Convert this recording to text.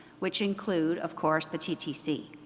which include of course the ttc.